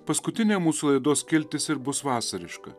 paskutinė mūsų laidos skiltis ir bus vasariška